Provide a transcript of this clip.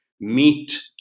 meet